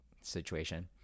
situation